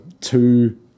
two